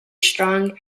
strong